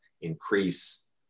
increase